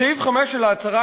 בסעיף 5 של ההצהרה,